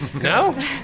No